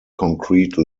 concrete